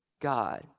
God